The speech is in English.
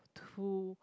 to